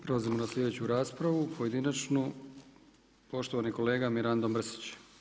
Prelazimo na sljedeću raspravu, pojedinačnu, poštovani kolega Mirando Mrsić.